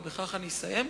ובכך אני אסיים,